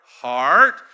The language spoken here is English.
heart